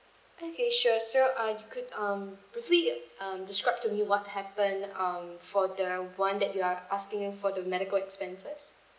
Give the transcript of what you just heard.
okay sure so uh you could um briefly um describe to me what happened um for the one that you are asking in for the medical expenses